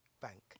Bank